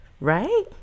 Right